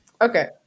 Okay